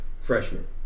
freshman